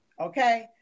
okay